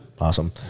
Awesome